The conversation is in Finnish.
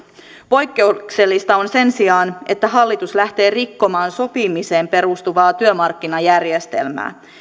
poikkeuksellista on sen sijaan että hallitus lähtee rikkomaan sopimiseen perustuvaa työmarkkinajärjestelmää